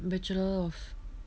bachelor of